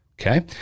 Okay